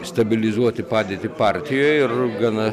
stabilizuoti padėtį partijoje ir gana